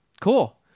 cool